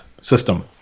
system